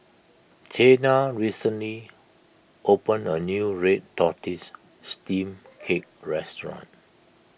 Chana recently opened a new Red Tortoise Steamed Cake Restaurant